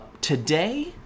Today